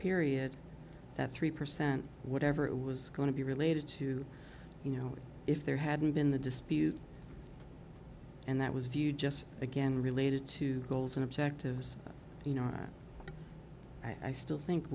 period that three percent whatever it was going to be related to you know if there hadn't been the dispute and that was viewed just again related to goals and objectives you know i still think